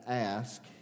ask